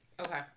okay